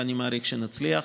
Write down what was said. ואני מעריך שנצליח.